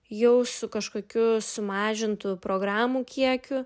jau su kažkokiu sumažintu programų kiekiu